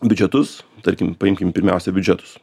biudžetus tarkim paimkim pirmiausia biudžetus